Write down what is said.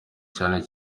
cyane